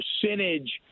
percentage